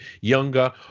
younger